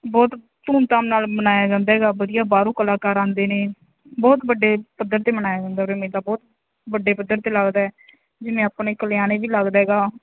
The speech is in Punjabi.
ਬਹੁਤ ਧੂਮਧਾਮ ਨਾਲ ਮਨਾਇਆ ਜਾਂਦਾ ਹੈਗਾ ਵਧੀਆ ਬਾਹਰੋਂ ਕਲਾਕਾਰ ਆਉਂਦੇ ਨੇ ਬਹੁਤ ਵੱਡੇ ਪੱਧਰ 'ਤੇ ਮਨਾਇਆ ਜਾਂਦਾ ਉਰੇ ਮੇਲਾ ਬਹੁਤ ਵੱਡੇ ਪੱਧਰ 'ਤੇ ਲੱਗਦਾ ਹੈ ਜਿਵੇਂ ਆਪਣੇ ਕਲਿਆਣੇ ਵੀ ਲੱਗਦਾ ਹੈਗਾ